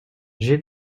j’ai